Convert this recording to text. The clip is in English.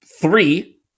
three